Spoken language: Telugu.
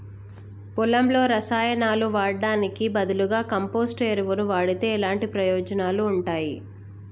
పొలంలో రసాయనాలు వాడటానికి బదులుగా కంపోస్ట్ ఎరువును వాడితే ఎలాంటి ప్రయోజనాలు ఉంటాయి?